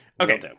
Okay